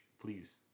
Please